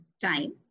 time